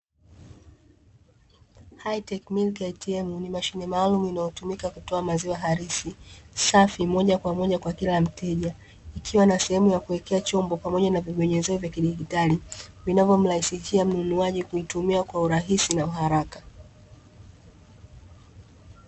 Haiteki milk ATM ,ni mashine maalumu inayotumika kutoa maziwa halisi, safi moja kwa moja kwa kila mteja, ikiwa na sehemu ya kuwekea chombo, pamoja na vibonyezeo vya kidigitali, vinavyomrahisishia mununuaji kuitumia kwa urahisi na uharaka.